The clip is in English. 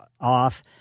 off